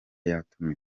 yatumiwe